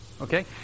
Okay